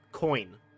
Coin